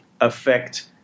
affect